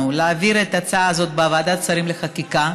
להעביר את ההצעה הזאת בוועדת שרים לחקיקה.